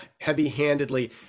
heavy-handedly